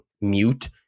mute